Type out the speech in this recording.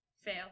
fail